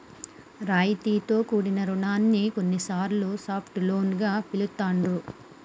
రాయితీతో కూడిన రుణాన్ని కొన్నిసార్లు సాఫ్ట్ లోన్ గా పిలుత్తాండ్రు